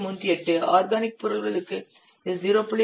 38 organic பொருட்களுக்கு இது 0